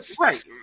Right